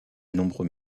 nombreux